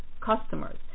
customers